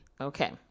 Okay